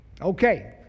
Okay